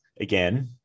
again